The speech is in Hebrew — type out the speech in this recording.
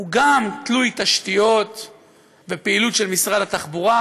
הוא גם תלוי תשתיות ופעילות של משרד התחבורה,